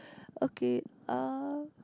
okay uh